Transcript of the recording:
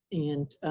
and